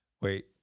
Wait